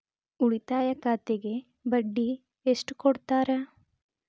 ಉಳಿತಾಯ ಖಾತೆಗೆ ಬಡ್ಡಿ ಎಷ್ಟು ಕೊಡ್ತಾರ?